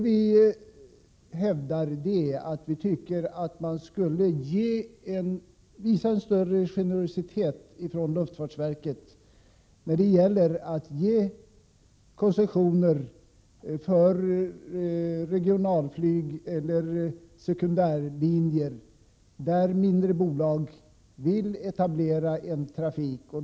Vi hävdar att luftfartsverket borde visa en större generositet när det gäller att ge koncessioner för regionalflyg eller sekundärlinjer, där mindre bolag vill etablera en trafik.